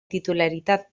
titularitat